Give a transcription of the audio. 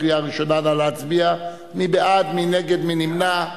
שמונה בעד, אין מתנגדים, אין נמנעים.